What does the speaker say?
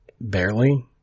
Barely